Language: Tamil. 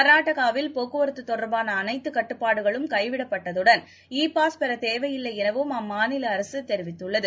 கர்நாடகாவில் போக்குவரத்துதொடர்பானஅனைத்துகட்டுப்பாடுகளும் கைவிடப்படுவதுடன் இ பாஸ் பெறதேவையில்லைஎனவும் அம்மாநிலஅரசுஅறிவித்துள்ளது